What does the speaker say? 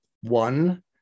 One